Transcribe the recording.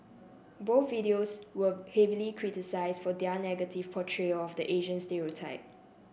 both videos were heavily criticise for their negative portrayal of the Asian stereotype